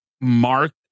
Mark